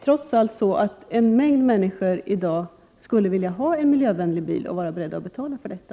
Trots allt skulle många människor i dag vilja ha en miljövänlig bil, och de skulle vara beredda att betala för detta.